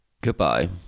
Goodbye